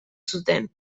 zuten